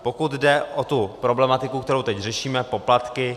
Pokud jde o problematiku, kterou teď řešíme poplatky.